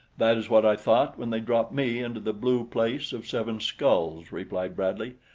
that is what i thought when they dropped me into the blue place of seven skulls, replied bradley.